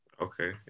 Okay